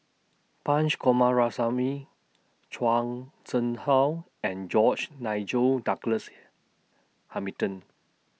Punch Coomaraswamy Zhuang Sheng How and George Nigel Douglas Hamilton